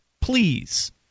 Please